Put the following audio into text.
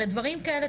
הרי דברים כאלה,